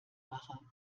mache